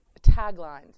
taglines